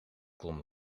klom